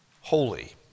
Holy